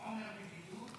עומר בבידוד?